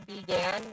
began